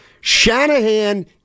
Shanahan